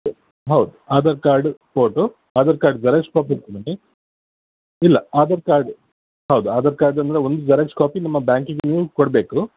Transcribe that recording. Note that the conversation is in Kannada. ಹೌದು Aadhaar card photo Aadhaar card xerox copy ಹಿಡ್ಕೊಂಡು ಬನ್ನಿ ಇಲ್ಲ ಆಧಾರ್ ಕಾರ್ಡ್ ಹೌದು ಆಧಾರ್ ಕಾರ್ಡ್ ಅಂದರೆ ಒಂದು ಜೆರಾಕ್ಸ್ ಕಾಪಿ ನಮ್ಮ ಬ್ಯಾಂಕಿಗೆ ನೀವು ಕೊಡಬೇಕು